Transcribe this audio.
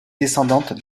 descendante